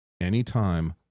anytime